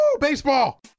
baseball